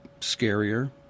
scarier